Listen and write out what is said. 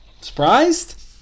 Surprised